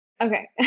Okay